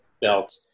belt